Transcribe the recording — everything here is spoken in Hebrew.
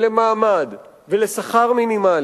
למעמד ולשכר מינימלי,